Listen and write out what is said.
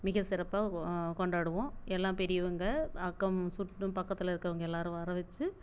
மிக சிறப்பாக கொண்டாடுவோம் எல்லாம் பெரியவங்க அக்கம் சுற்றும் பக்கத்தில் இருக்குறவங்க எல்லாரும் வரவச்சு